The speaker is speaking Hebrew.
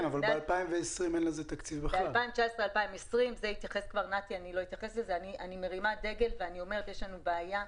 ב-2019 וב-2020 אני מרימה דגל ואני אומרת: יש לנו בעיה.